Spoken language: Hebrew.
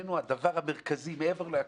מבחינתנו זה הדבר המרכזי, מעבר לכול.